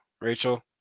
Rachel